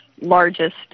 largest